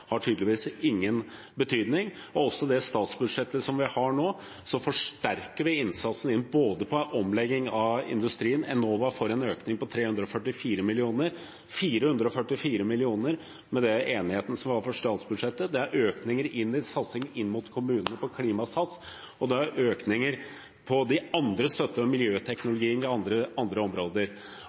har tydeligvis ingen betydning. Også i det statsbudsjettet vi har nå, forsterker vi innsatsen på omlegging av industrien, Enova får en økning på 344 mill. kr, 444 mill. med enigheten som var om statsbudsjettet. Det er økninger i satsingen inn mot kommunene på klimatiltak, det er økninger på andre områder, som støtte til miljøteknologi. Vi har en elbilandel som var oppe i 38 pst. i forrige periode, og